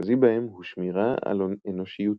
שהמרכזי בהם הוא שמירה על אנושיותו.